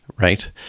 right